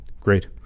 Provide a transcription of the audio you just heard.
great